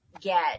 get